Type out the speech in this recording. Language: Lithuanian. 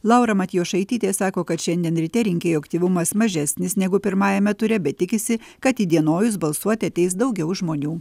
laura matjošaitytė sako kad šiandien ryte rinkėjų aktyvumas mažesnis negu pirmajame ture bet tikisi kad įdienojus balsuoti ateis daugiau žmonių